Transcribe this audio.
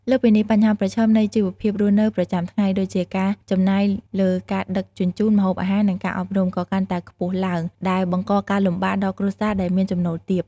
លើសពីនេះ បញ្ហាប្រឈមនៃជីវភាពរស់នៅប្រចាំថ្ងៃ ដូចជាការចំណាយលើការដឹកជញ្ជូន ម្ហូបអាហារ និងការអប់រំ ក៏កាន់តែខ្ពស់ឡើង ដែលបង្កការលំបាកដល់គ្រួសារដែលមានចំណូលទាប។